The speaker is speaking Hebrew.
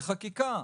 בחקיקה.